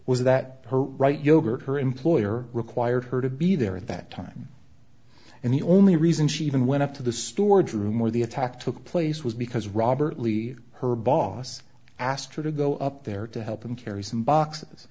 was that her right yogurt her employer required her to be there at that time and the only reason she even went up to the storage room where the attack took place was because robert lee her boss asked her to go up there to help him carry some boxes